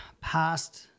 past